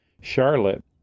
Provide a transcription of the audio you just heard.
Charlotte